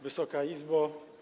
Wysoka Izbo!